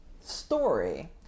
story